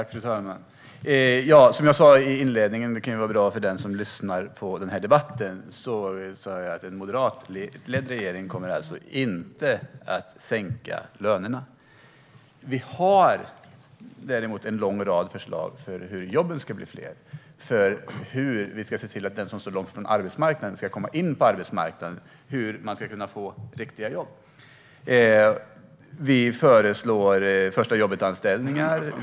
Fru talman! Som jag sa i inledningen kommer en moderatledd regering inte att sänka lönerna. Det kan vara bra att höra för den som lyssnar på debatten. Vi har däremot en lång rad förslag för hur jobben ska bli fler, för hur vi ska se till att den som står långt från arbetsmarknaden ska komma in på arbetsmarknaden och för hur man ska kunna få riktiga jobb. Vi föreslår första-jobbet-anställningar.